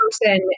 person